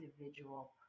individual